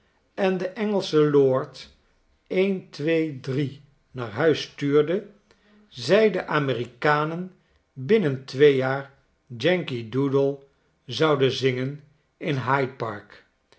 en den engelschen lord een twee drie naar huis stuurde zij de amerikanen binnen twee jaar yankee doodle zouden zingen in hyde park